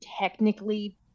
technically